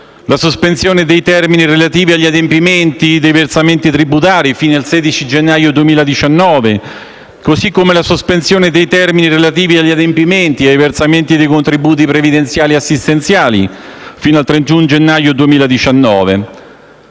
la sospensione dei termini relativi agli adempimenti dei versamenti tributari fino al 16 gennaio 2019, così come la sospensione dei termini relativi agli adempimenti e ai versamenti dei contributi previdenziali e assistenziali fino al 31 gennaio 2019.